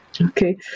Okay